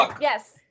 Yes